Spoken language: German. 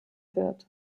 wird